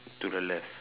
to the left